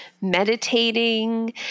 meditating